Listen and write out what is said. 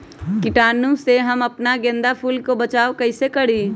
कीटाणु से हम अपना गेंदा फूल के बचाओ कई से करी?